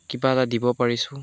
কিবা এটা দিব পাৰিছোঁ